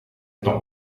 not